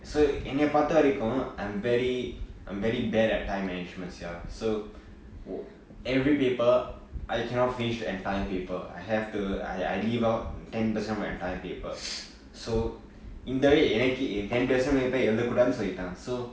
so என்னைய பார்த்த வரைக்கும்:ennaiya paartha varaikum I'm very I'm very bad at time management sia so every paper I cannot finish the entire people I have to I I leave out ten percent of my entire paper so indirectly எனக்கே:enakke ten percent எழுதக்கூடாதுனு சொல்லிட்டாங்க:eluthakudaathunu solitaanga